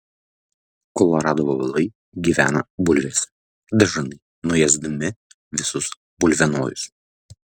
kolorado vabalai gyvena bulvėse dažnai nuėsdami visus bulvienojus